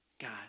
God